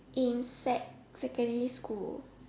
in sec~ secondary school